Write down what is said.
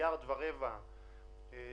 מיליארד ורבע שקלים